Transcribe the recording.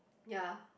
ya